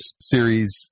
series